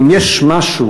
אם יש משהו,